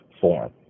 form